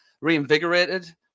reinvigorated